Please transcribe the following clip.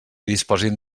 disposin